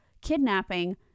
kidnapping